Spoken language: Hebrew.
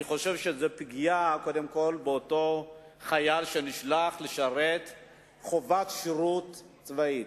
זה פגיעה קודם כול באותו חייל שנשלח לשרת חובת שירות צבאית.